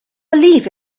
believe